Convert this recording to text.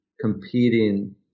competing